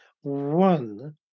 one